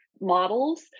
models